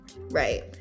right